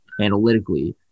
analytically